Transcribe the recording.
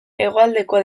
hegoaldeko